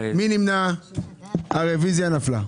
הרוויזיה נדחתה הרוויזיה נפלה.